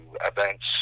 events